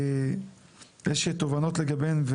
יש תובנות לגביהן,